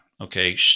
okay